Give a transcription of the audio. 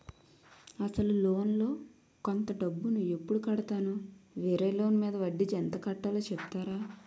అసలు లోన్ లో కొంత డబ్బు ను ఎప్పుడు కడతాను? వేరే లోన్ మీద వడ్డీ ఎంత కట్తలో చెప్తారా?